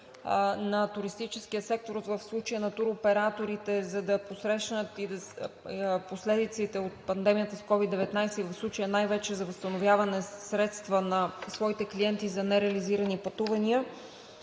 на туристическия сектор, в случая на туроператорите, за да посрещнат последиците от пандемията с COVID-19 и в случая най-вече за възстановяването средства на своите клиенти за нереализирани пътувания